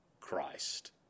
Christ